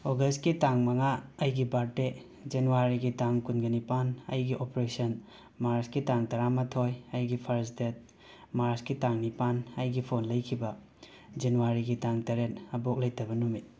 ꯑꯣꯒꯁꯀꯤ ꯇꯥꯡ ꯃꯉꯥ ꯑꯩꯒꯤ ꯕꯥꯔꯗꯦ ꯖꯦꯟꯋꯥꯔꯤꯒꯤ ꯇꯥꯡ ꯀꯨꯟꯒ ꯅꯤꯄꯥꯟ ꯑꯩꯒꯤ ꯑꯣꯄ꯭ꯔꯦꯁꯟ ꯃꯥꯔꯁꯀꯤ ꯇꯥꯡ ꯇꯔꯥꯃꯥꯊꯣꯏ ꯑꯩꯒꯤ ꯐꯔꯁ ꯗꯦꯠ ꯃꯥꯔꯁꯀꯤ ꯇꯥꯡ ꯅꯤꯄꯥꯟ ꯑꯩꯒꯤ ꯐꯣꯟ ꯂꯩꯈꯤꯕ ꯖꯦꯟꯋꯥꯔꯤꯒꯤ ꯇꯥꯡ ꯇꯔꯦꯠ ꯑꯕꯣꯛ ꯂꯩꯇꯕ ꯅꯨꯃꯤꯠ